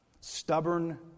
stubborn